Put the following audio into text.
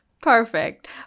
Perfect